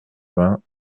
vingts